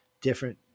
different